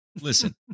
Listen